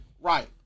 Right